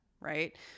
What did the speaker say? right